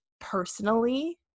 personally